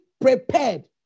prepared